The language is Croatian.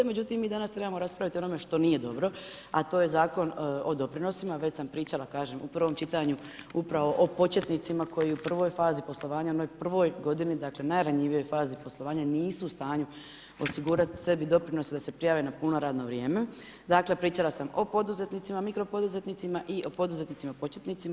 Međutim mi danas trebamo raspravit o onome što nije dobro, a to je Zakon o doprinosima već sam pričala kažem u prvom čitanju upravo o početnicima koji u prvoj fazi poslovanja na prvoj godini, dakle najranjivijoj fazi poslovanja nisu u stanju osigurat sebi doprinose da se prijave na puno radno vrijeme, dakle, pričala sam o poduzetnicima, mikropoduzetnicima i poduzetnicima početnicima.